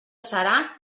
serà